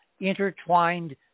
intertwined